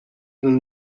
than